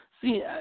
see